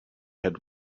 had